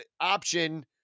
option